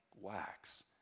wax